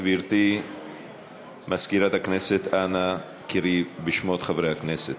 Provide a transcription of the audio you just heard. גברתי מזכירת הכנסת, אנא קראי בשמות חברי הכנסת.